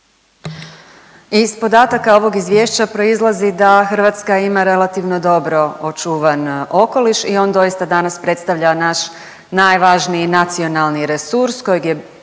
Iz podataka ovog izvješća proizlazi da Hrvatska ima relativno dobro očuvan okoliš i on doista danas predstavlja naš najvažniji nacionalni resurs kojeg je